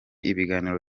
ibiganiro